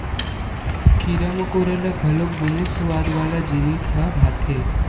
कीरा मकोरा ल घलोक बने सुवाद वाला जिनिस ह भाथे